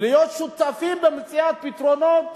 ולהיות שותפים במציאת פתרונות